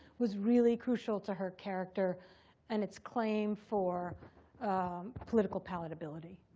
was really crucial to her character and its claim for political palatability,